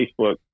Facebook